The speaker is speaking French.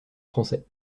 français